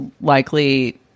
likely